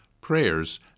prayers